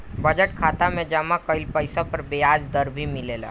budget खाता में जमा कइल पइसा पर ब्याज दर भी मिलेला